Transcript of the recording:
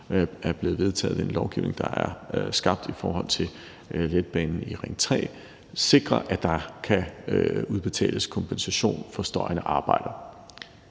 er blevet vedtaget ved en lovgivning, der er skabt i forhold til letbanen i Ring 3 og sikrer, at der kan udbetales kompensation for støjende arbejder.